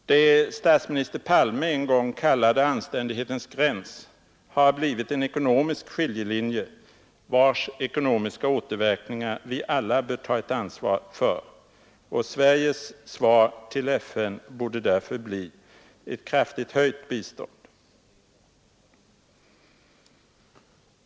Det statsminister Palme en gång kallade anständighetens gräns har blivit en ekonomisk skiljelinje, vars ekonomiska återverkningar vi alla bör ta ett ansvar för. Sveriges svar till FN borde därför bli ett kraftigt höjt bistånd.